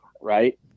right